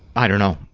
i don't know,